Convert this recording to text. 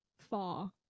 far